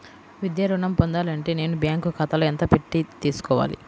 విద్యా ఋణం పొందాలి అంటే నేను బ్యాంకు ఖాతాలో ఎంత పెట్టి తీసుకోవాలి?